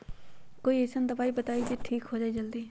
कोई अईसन दवाई बताई जे से ठीक हो जई जल्दी?